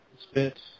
spit